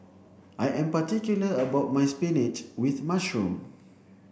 I am particular about my spinach with mushroom